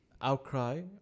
outcry